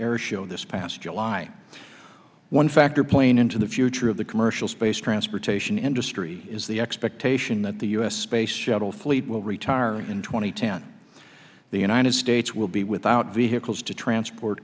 air show this past july one factor playing into the future of the commercial space transportation industry is the expectation that the u s space shuttle fleet will retire in two thousand and ten the united states will be without vehicles to transport